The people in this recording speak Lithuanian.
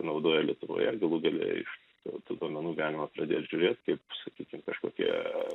naudoja lietuvoje ir galų gale iš tų duomenų galima pradėt žiūrėt kaip sakykim kažkokie